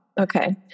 Okay